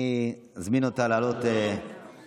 אני מזמין אותה לעלות לדוכן.